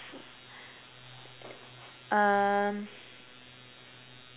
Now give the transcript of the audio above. uh